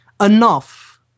enough